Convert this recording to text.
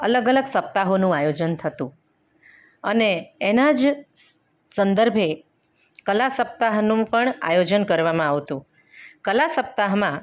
અલગ અલગ સપ્તાહોનું આયોજન થતું અને એના જ સંદર્ભે કલા સપ્તાહનું પણ આયોજન કરવામાં આવતું કલા સપ્તાહમાં